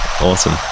Awesome